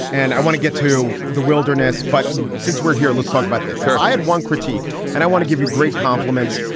and i want to get to the wilderness. but since we're here, let's talk about this here. i had one critique and i want to give you great compliments.